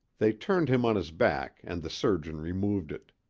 they turned him on his back and the surgeon removed it.